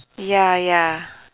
ya ya